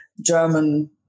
German